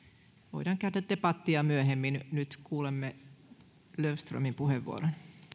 voidaan käydä debattia myöhemmin nyt kuulemme löfströmin puheenvuoron